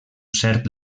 cert